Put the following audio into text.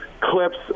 Clips